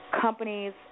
companies